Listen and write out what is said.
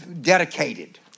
Dedicated